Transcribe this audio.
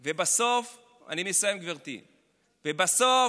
בסוף, אני מסיים, גברתי, בסוף,